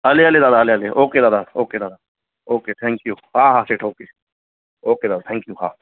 हले हले दादा hello hello okay दादा ओके दादा ओके थैंक यू हा हा ओके दादा थैंक यू हा